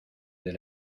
del